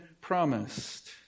promised